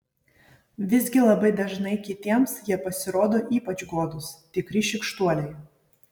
visgi labai dažnai kitiems jie pasirodo ypač godūs tikri šykštuoliai